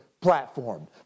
platform